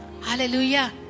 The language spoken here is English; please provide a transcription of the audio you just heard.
Hallelujah